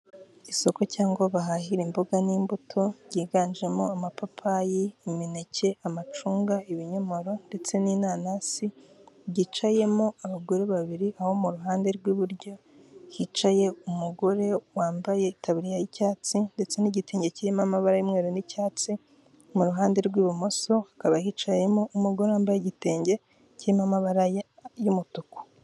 Isoko cyangwa bahahiramo imboga n'imbuto byiganjemo amapapayi, imineke, amacunga, ibinyomoro ndetse n'inanasi byicayemo abagore babiri aho mu ruhande rw'iburyo hicaye umugore wambaye itabu y'icyatsi ndetse n'igitenge kirimo amaba y'umweru n'icyatsi mu ruhande rw'ibumoso hakaba hicayemo umugore wambaye igitenge cy'rimo amabara y'umutuku.